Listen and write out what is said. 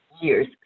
years